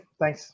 thanks